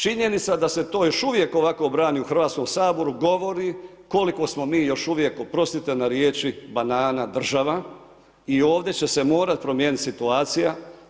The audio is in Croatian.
Činjenica da se to još uvijek ovako brani u Hrvatskom saboru govori koliko smo mi još uvijek, oprostite na riječi banana država, i ovdje će se morati promijeniti situacija.